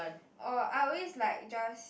oh I always like just